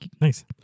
nice